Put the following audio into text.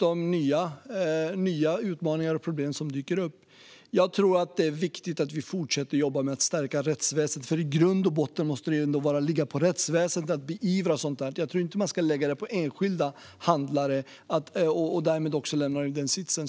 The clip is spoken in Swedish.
och nya utmaningar och problem som dyker upp. Jag tror att det är viktigt att vi fortsätter att jobba med att stärka rättsväsendet, för i grund och botten måste det ändå ligga på rättsväsendet att beivra sådant. Jag tror inte att detta ska läggas på enskilda handlare. Därmed lämnar man den sitsen.